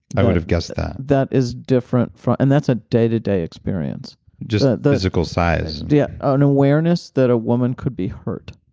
i would have guessed that that is different from. and that's a day to day experience just physical sighs yeah. an awareness that a woman could be hurt.